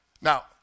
Now